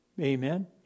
Amen